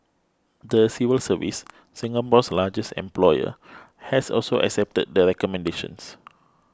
the civil service Singapore's largest employer has also accepted the recommendations